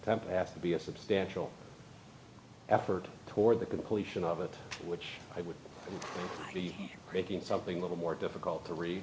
temp have to be a substantial effort toward the completion of it which i would be creating something a little more difficult to read